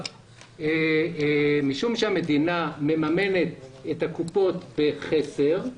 משום שהמדינה מממנת את הקופות בחסר,